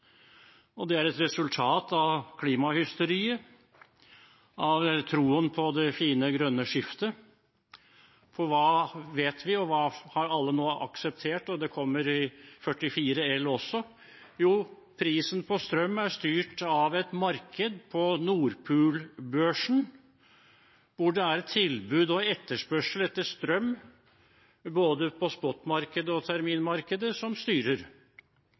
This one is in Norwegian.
Og det er et resultat av klimahysteriet og troen på det fine, grønne skiftet, for hva vet vi, og hva har alle – det kommer i Prop. 44 L for 2021–2022 også – nå akseptert? Jo, at prisen på strøm er styrt av et marked på Nord Pool-børsen, hvor det er tilbud og etterspørsel etter strøm – på både spotmarkedet og terminmarkedet – som styrer.